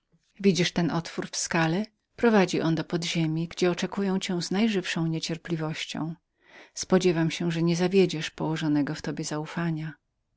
widzisz ten otwór w skale prowadzi on do podziemi gdzie oczekują cię z najżywszą niecierpliwością spodziewam się że nie zawiedziesz położonego w tobie zaufania